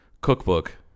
cookbook